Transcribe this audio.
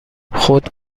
خود